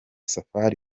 safari